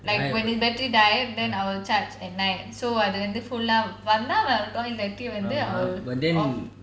like when the battery die then I will charge at night so அது வந்து:adhu vanthu full ஆ வந்தா வரட்டும் இல்லாட்டி வந்து:aa vantha varatum illati vanthu